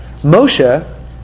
Moshe